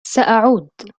سأعود